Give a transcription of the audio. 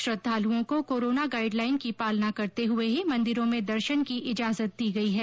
श्रद्वालुओं को corona guideline की पालना करते हुए ही मंदिरों में दर्शन की इजाजत दी गई है